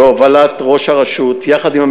בהובלת ראש הרשות יחד עם המשטרה,